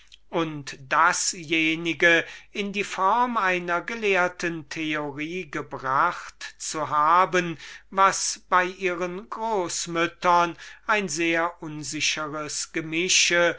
und dasjenige in die form einer schlußförmigen theorie gebracht zu haben was bei ihren großmüttern ein sehr unsichers gemische